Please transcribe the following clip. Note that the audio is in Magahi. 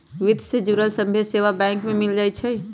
वित्त से जुड़ल सभ्भे सेवा बैंक में मिल जाई छई